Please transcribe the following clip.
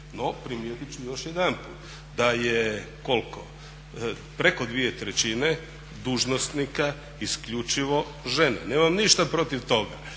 no primijetit ću još jedanput da je koliko preko dvije trećine dužnosnika isključivo žene. Nemam ništa protiv toga